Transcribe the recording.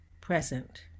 present